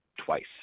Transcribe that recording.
Twice